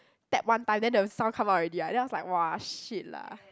tap one time then the sound come out already ah then I was like shit lah